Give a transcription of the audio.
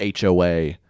HOA